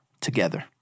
together